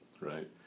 right